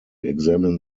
examine